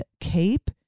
Cape